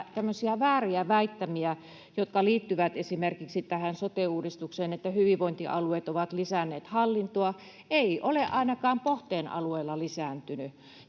vääriä väittämiä, jotka liittyvät esimerkiksi tähän sote-uudistukseen, että hyvinvointialueet ovat lisänneet hallintoa — ei ole ainakaan Pohteen alueella lisääntynyt.